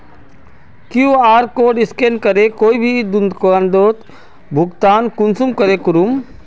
QR code scan करे कोई भी दुकानदारोक भुगतान कुंसम करे करूम?